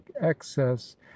excess